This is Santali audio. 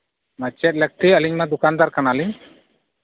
ᱢᱟ ᱪᱮᱫ ᱞᱟᱹᱠᱛᱤ ᱟᱹᱤᱧᱢᱟ ᱫᱚᱠᱟᱱᱫᱟᱨ ᱠᱟᱱᱟ ᱞᱤᱧ